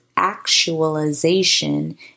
actualization